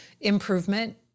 improvement